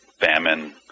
famine